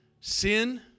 sin